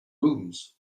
rooms